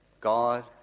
God